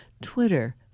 Twitter